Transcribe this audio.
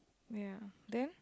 ya then